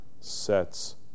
sets